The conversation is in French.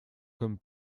comme